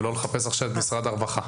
ולא לחפש עכשיו את משרד הרווחה.